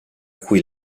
cui